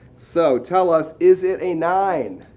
so tell us is it a nine?